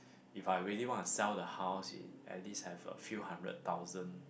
if I really want to sell the house it at least have a few hundred thousand